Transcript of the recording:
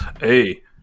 hey